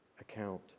account